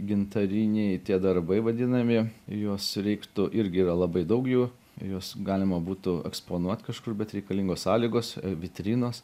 gintariniai tie darbai vadinami juos reiktų irgi yra labai daug jų juos galima būtų eksponuot kažkur bet reikalingos sąlygos vitrinos